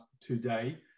today